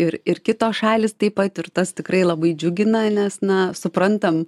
ir ir kitos šalys taip pat ir tas tikrai labai džiugina nes na suprantam